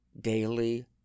daily